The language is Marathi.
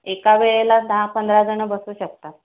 एका वेळेला दहा पंधरा जणं बसू शकतात